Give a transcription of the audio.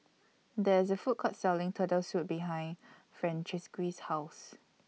There IS A Food Court Selling Turtle Soup behind Francisqui's House